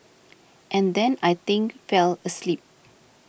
and then I think fell asleep